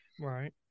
Right